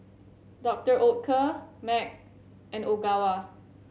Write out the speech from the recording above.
Doctor Oetker Mac and Ogawa